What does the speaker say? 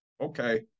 Okay